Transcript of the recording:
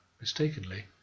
mistakenly